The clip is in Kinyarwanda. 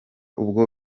ubwo